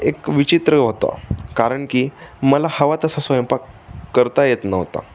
एक विचित्र होता कारणकी मला हवा तसा स्वयंपाक करता येत नव्हता